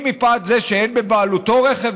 אם מפאת זה שאין בבעלותו רכב,